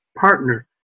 partner